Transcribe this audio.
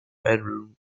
bedroom